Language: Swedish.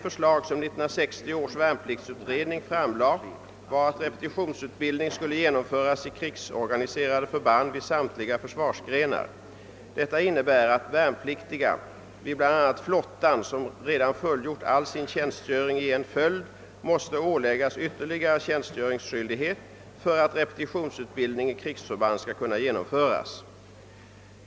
års värnpliktsutredning framlade var att repetitionsutbildning skulle genomföras i krigsorganiserade förband vid samtliga försvarsgrenar. Detta innebär att värnpliktiga vid bl a. flottan, som redan fullgjort all sin tjänstgöring i en följd, måste åläggas ytterligare tjänstgöringsskyldighet för att repetitionsutbildning i krigsförband skall kunna genomföras.